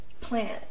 Plant